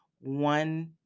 one